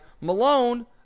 Malone